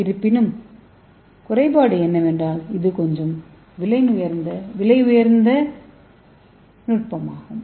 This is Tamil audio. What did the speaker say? இருப்பினும் குறைபாடு என்னவென்றால் இது கொஞ்சம் விலை உயர்ந்த நுட்பமாகும்